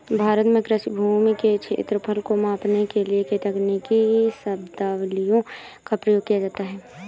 भारत में कृषि भूमि के क्षेत्रफल को मापने के लिए कई तकनीकी शब्दावलियों का प्रयोग किया जाता है